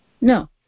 no